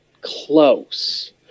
close